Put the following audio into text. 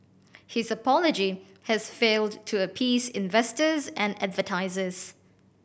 his apology has failed to appease investors and advertisers